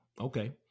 Okay